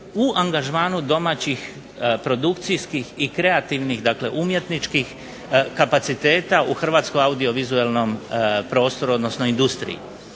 u angažmanu domaćih produkcijskih i kreativnih dakle umjetničkih kapaciteta u hrvatskom audiovizualnom prostoru odnosno industriji.